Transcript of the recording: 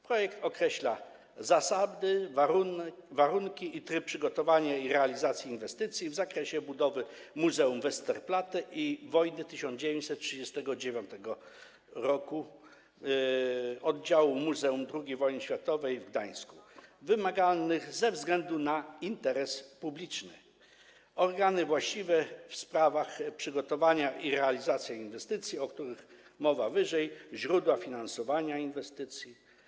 Projekt określa zasady, warunki i tryb przygotowania i realizacji inwestycji w zakresie budowy Muzeum Westerplatte i Wojny 1939 - Oddziału Muzeum II Wojny Światowej w Gdańsku wymaganych ze względu na interes publiczny, organy właściwe w sprawach przygotowywania i realizowania inwestycji, o których mowa wyżej, a także źródła finansowania inwestycji.